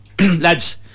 lads